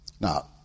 Now